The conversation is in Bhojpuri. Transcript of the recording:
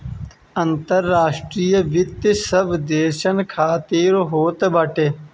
अंतर्राष्ट्रीय वित्त सब देसन खातिर होत बाटे